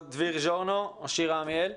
דביר ז'ורנו או שירה עמיאל?